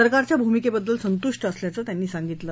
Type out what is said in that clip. सरकारच्या भूमिक्डिदल संतृष्ट असल्याचं त्यांनी सांगितलं